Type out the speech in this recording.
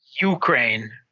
Ukraine